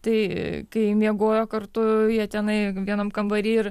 tai kai miegojo kartu jie tenai vienam kambary ir